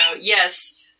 yes